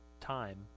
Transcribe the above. time